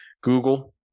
Google